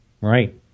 right